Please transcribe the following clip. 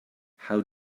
how